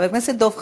חבר הכנסת דב חנין,